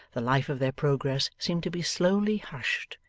the life of their progress seemed to be slowly hushed,